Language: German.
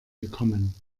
gekommen